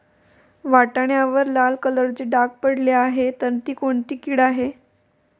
वाटाण्यावर लाल कलरचे डाग पडले आहे तर ती कोणती कीड आहे?